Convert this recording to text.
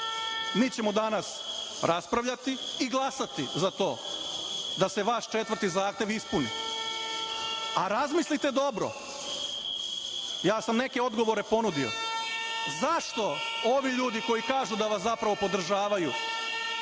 Mi ćemo danas raspravljati i glasati za to da se vaš četvrti zahtev ispuni, a razmislite dobro, ja sam neke odgovore ponudio, zašto ovi ljudi koji kažu da vas zapravo podržavaju